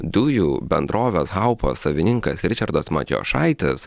dujų bendrovės haupo savininkas ričardas matijošaitis